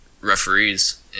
referees